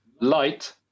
light